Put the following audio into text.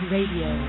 Radio